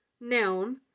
noun